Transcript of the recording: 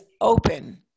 open